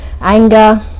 anger